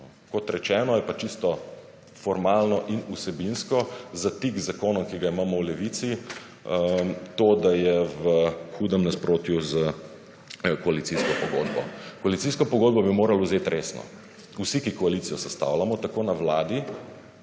Kot rečeno, je pa čisto formalno in vsebinsko, za tik zakonu, ki ga imamo v Levici, to, da je v hudem nasprotju z koalicijsko pogodbo. Koalicijsko pogodbo bi moral vzet resno, vsi, ki koalicijo sestavljamo, tako na Vladi,